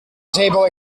table